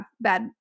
bad